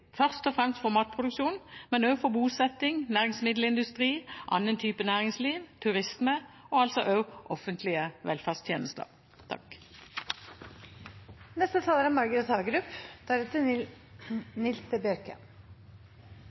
først og fremst for matproduksjon, men også for bosetting, næringsmiddelindustri, annen type næringsliv, turisme og altså